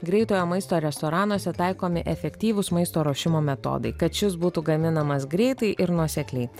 greitojo maisto restoranuose taikomi efektyvūs maisto ruošimo metodai kad šis būtų gaminamas greitai ir nuosekliai